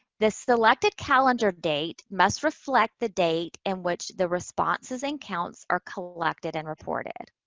the selected calendar date must reflect the date in which the responses and counts are collected and reported.